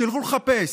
שילכו לחפש.